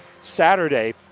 Saturday